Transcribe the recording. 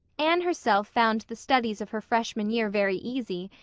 anne herself found the studies of her freshman year very easy,